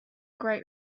great